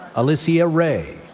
alissia ray,